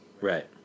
Right